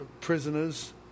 prisoners